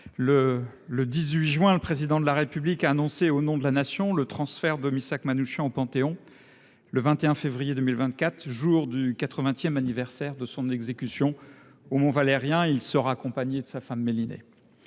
Le 18 juin, le Président de la République a annoncé, au nom de la Nation, le transfert de Missak Manouchian au Panthéon, le 21 février 2024, jour du quatre-vingtième anniversaire de son exécution au Mont-Valérien. Il sera accompagné de sa femme, Mélinée.